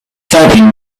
setting